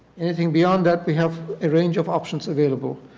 anything beyond that we have a range of options available.